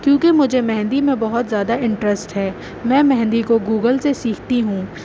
کیوں کہ مجھے مہندی میں بہت زیادہ انٹرسٹ ہے میں مہندی کو گوگل سے سیکھتی ہوں